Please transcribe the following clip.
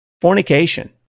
fornication